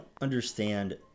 understand